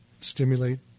stimulate